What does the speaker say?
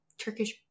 Turkish